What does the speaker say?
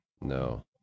No